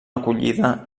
acollida